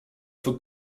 von